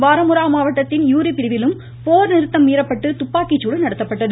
பராமுரா மாவட்டத்தின் யூரி பிரிவிலும் போர் நிறுத்தம் மீறப்பட்டு துப்பாக்கி சூடு நடத்தப்பட்டது